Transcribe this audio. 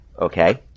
Okay